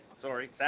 sorry